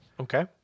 Okay